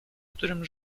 którym